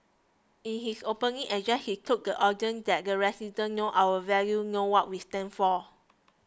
in his opening address he told the audience that the residents know our values know what we stand for